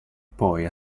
poi